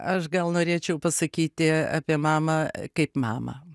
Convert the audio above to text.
aš gal norėčiau pasakyti apie mamą kaip mamą